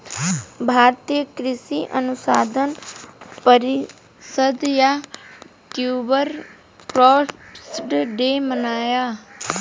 भारतीय कृषि अनुसंधान परिषद ने ट्यूबर क्रॉप्स डे मनाया